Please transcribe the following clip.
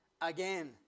again